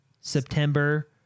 September